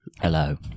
Hello